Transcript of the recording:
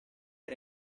era